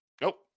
Nope